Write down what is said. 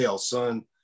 son